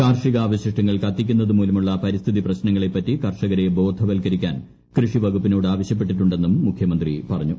കാർഷികാവശിഷ്ടങ്ങൾ കത്തിക്കുന്നതുമൂലമുള്ള പരിസ്ഥിതി പ്രശ്നങ്ങളെപ്പറ്റി കർഷകരെ ബോധവൽക്കരിക്കാൻ കൃഷി വകുപ്പിനോട് ആവശ്യപ്പെട്ടിട്ടുണ്ടെന്നും മുഖ്യമന്ത്രി പറഞ്ഞു